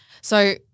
So-